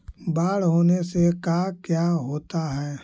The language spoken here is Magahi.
बाढ़ होने से का क्या होता है?